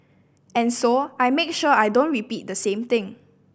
and so I make sure I don't repeat the same thing